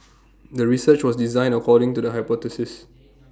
the research was designed according to the hypothesis